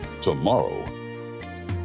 tomorrow